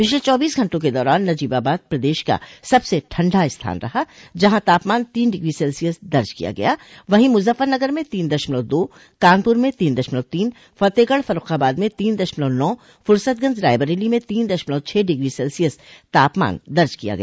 पिछले चौबीस घटों के दौरान नजीबाबाद प्रदेश का सबसे ठंडा स्थान रहा जहां तापमान तीन डिग्री सेल्सियस दर्ज किया गया वहीं मुजफ्फरनगर में तीन दशमलव दो कानपुर में तीन दशमलव तीन फतेहगढ़ फर्र्रखाबाद में तीन दशमलव नौ फुर्सतगंज रायबरेली में तीन दशमलव छह डिग्री सेल्सियस तापमान दर्ज किया गया